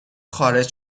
خارج